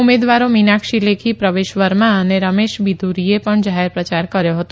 ઉમેદવારો મીનાક્ષી લેખી પ્રવેશ વર્મા અને રમેશ બિધુરીએ પણ જાહેર પ્રચાર કર્યો હતો